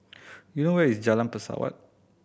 do you know where is Jalan Pesawat